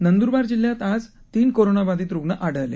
नंदुरबार जिल्ह्यात आज तीन कोरोनाबाधीत रुग्ण आढळले